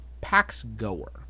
Pax-goer